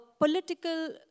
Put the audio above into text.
political